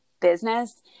business